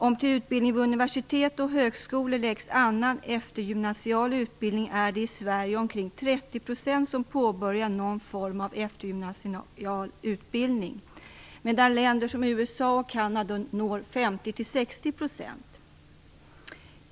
Om det till utbildning i universitet och högskolor läggs annan eftergymnasial utbildning är det i Sverige ca 30 % som påbörjar någon form av eftergymnasial utbildning. I länder som USA och Canada når man 50-60 %.